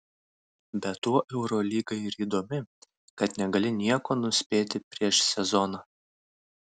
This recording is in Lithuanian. bet tuo eurolyga ir įdomi kad negali nieko nuspėti prieš sezoną